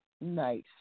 Nice